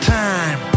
time